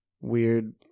weird